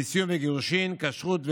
נישואים וגירושים, כשרות וליבה.